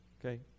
okay